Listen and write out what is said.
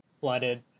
flooded